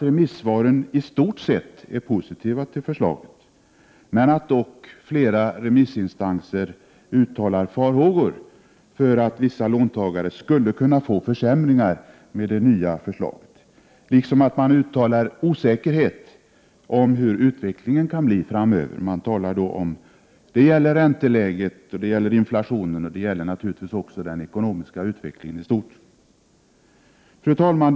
Remissvaren är i stort sett positiva till förslaget, men flera remissinstanser uttalar dock farhågor för att vissa låntagare skulle kunna få försämringar om det nya förslaget genomfördes. Remissinstanserna uttalar också osäkerhet om hur utvecklingen kan bli framöver. Det gäller ränteläge, inflation och naturligtvis den ekonomiska utvecklingen i stort. Fru talman!